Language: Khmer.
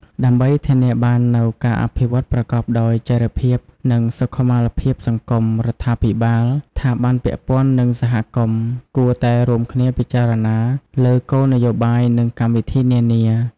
ដើម្បីធានាបាននូវការអភិវឌ្ឍប្រកបដោយចីរភាព និងសុខុមាលភាពសង្គម រដ្ឋាភិបាល ស្ថាប័នពាក់ព័ន្ធ និងសហគមន៍ គួរតែរួមគ្នាពិចារណាលើគោលនយោបាយ និងកម្មវិធីនានា។